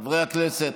חברי הכנסת.